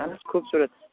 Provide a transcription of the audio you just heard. اَہَن حظ خوٗبصوٗرَت